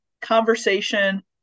conversation